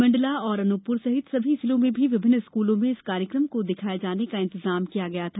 मंडला और अनुपपुर सहित सभी जिलों में भी विभिन्न स्कूलों में इस कार्यक्रम को दिखाये जाने का इंतजाम किया गया था